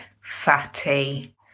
fatty